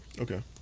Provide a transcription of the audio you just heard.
okay